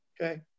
Okay